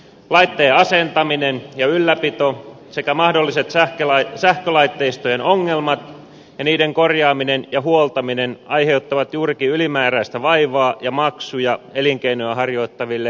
laitteen asentaminen ja ylläpito sekä mahdolliset sähkölaitteistojen ongelmat ja niiden korjaaminen ja huoltaminen aiheuttavat juurikin ylimääräistä vaivaa ja maksuja elinkeinoa harjoittaville yrittäjille